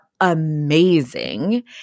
amazing